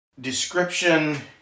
description